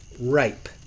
rape